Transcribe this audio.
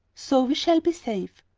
so we shall be safe.